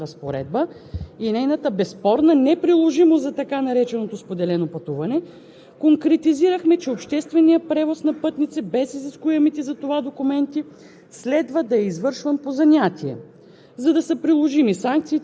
За целта, за да е категорично ясно на всички и да няма каквито и да било съмнения и отправни точки за неправилно тълкуване на законовата разпоредба и нейната безспорна неприложимост за така нареченото споделено пътуване,